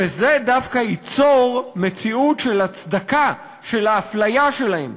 וזה דווקא ייצור מציאות של הצדקה של האפליה שלהם,